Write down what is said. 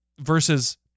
versus